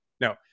No